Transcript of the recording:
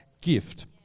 gift